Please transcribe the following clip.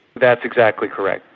that's exactly correct.